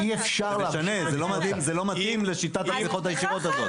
זה משנה, זה לא מתאים לשיטת התמיכות הישירות הזאת.